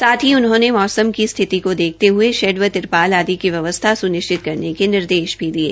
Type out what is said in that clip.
साथ ही उन्होने मौसम की स्थिति को देखते हये शैड व तिरपाल आदि की व्यवस्था सुनिश्चित करने के निर्देश भी दिये